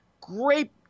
great